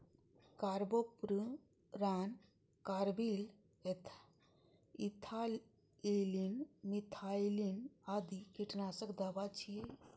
carbofuran, carbaryl, ethylene, methylene आदि कीटनाशक दवा छियै